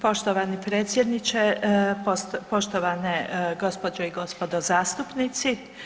Poštovani predsjedniče, poštovane gospođe i gospodo zastupnici.